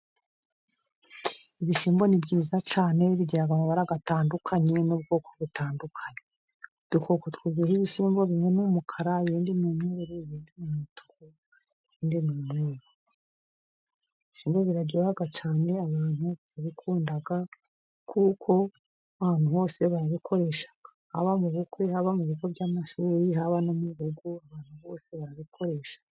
Ibishyimbo ni byiza cyane bigira amabara atandukanye n'ubwoko butandukanye, udukoko turiho ibishyimbo, bimwe n'umukara, ibindi n'umutuku, ibindi n'umweru, ibishyimbo biraryoha cyane abantu barabikunda, kuko ahantu bose barabikoresha haba mu bukwe, haba mu bigo by'amashuri, haba no mu rugo abantu bose barabikoresha.